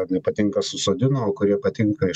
nepatinka susodino o kurie patinka